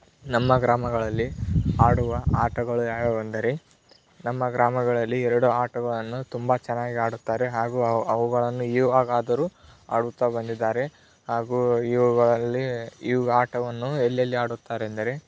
ನಮ್ಮ ಗ್ರಾಮಗಳಲ್ಲಿ ಆಡುವ ಆಟಗಳು ಯಾವ್ಯಾವು ಅಂದರೆ ನಮ್ಮ ಗ್ರಾಮಗಳಲ್ಲಿ ಎರಡು ಆಟವನ್ನು ತುಂಬ ಚೆನ್ನಾಗಿ ಆಡುತ್ತಾರೆ ಹಾಗೂ ಅವು ಅವುಗಳನ್ನು ಇವಾಗಾದರೂ ಆಡುತ್ತಾ ಬಂದಿದ್ದಾರೆ ಹಾಗೂ ಇವುಗಳಲ್ಲಿ ಇವು ಆಟವನ್ನು ಎಲ್ಲೆಲ್ಲಿ ಆಡುತ್ತಾರೆ ಎಂದರೆ